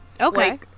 Okay